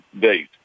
date